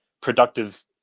productive